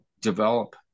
develop